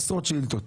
עשרות שאילתות,